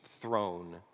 throne